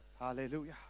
Hallelujah